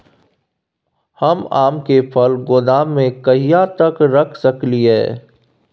हम आम के फल गोदाम में कहिया तक रख सकलियै?